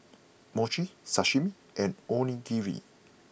Mochi Sashimi and Onigiri